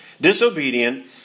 disobedient